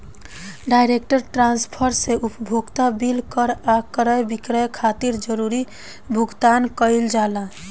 direct transfer से उपभोक्ता bill कर आ क्रय विक्रय खातिर जरूरी भुगतान कईल जाला